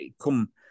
come